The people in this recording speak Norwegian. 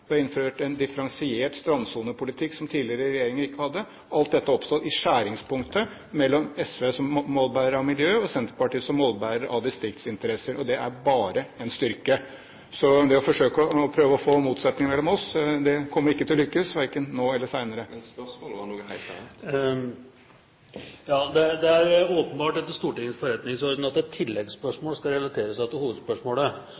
innført en differensiert strandsonepolitikk, som tidligere regjeringer ikke hadde. Alt dette har oppstått i skjæringspunktet mellom SV som målbærer av miljø- og Senterpartiet som målbærer av distriktsinteresser. Og det er bare en styrke. Så det å forsøke å skape motsetninger mellom oss kommer ikke til å lykkes verken nå eller senere. Men spørsmålet var noe helt annet. Det er åpenbart etter Stortingets forretningsorden at et